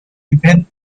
even